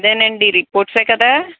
అదేనండి రిపోర్ట్సే కదా